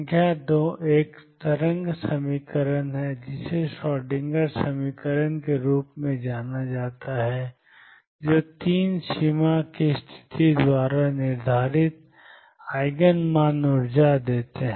संख्या २ एक तरंग समीकरण है जिसे श्रोडिंगर समीकरण के रूप में जाना जाता है और ३ सीमा की स्थिति द्वारा निर्धारित ईजिन मान ऊर्जा देते हैं